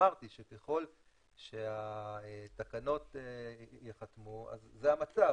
ואמרתי שככל שהתקנות ייחתמו אז זה המצב,